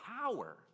power